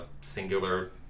singular